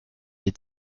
des